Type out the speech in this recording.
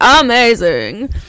amazing